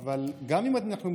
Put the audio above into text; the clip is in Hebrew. אין לו את המקל.